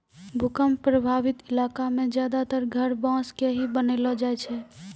भूकंप प्रभावित इलाका मॅ ज्यादातर घर बांस के ही बनैलो जाय छै